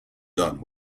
done